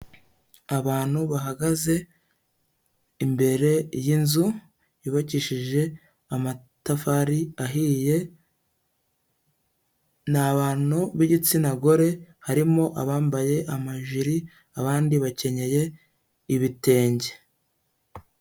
Abantu bahagaze imbere y'inzu yubakishije amatafari ahiye, ni abantu b'igitsina gore, harimo abambaye amajiri abandi bakenyeye ibitenge.